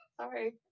Sorry